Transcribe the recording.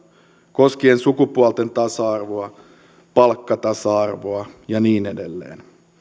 koskien sukupuolten tasa arvoa palkkatasa arvoa ja niin edelleen